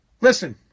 Listen